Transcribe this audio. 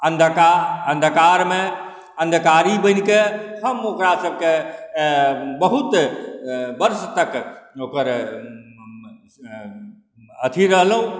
अन्धकार अन्धकारमे अन्धकारी बनिकऽ हम ओकरा सबके बहुत वर्ष तक ओकर अथी रहलहुँ